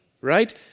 right